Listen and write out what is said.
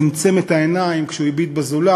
צמצם את העיניים כשהביט בזולת,